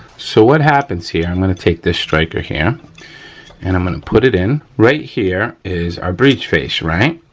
so, what happens here, i'm gonna take this striker here and i'm gonna put it in. right here is our breach face, right?